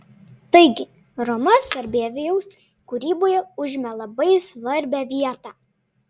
taigi roma sarbievijaus kūryboje užima labai svarbią vietą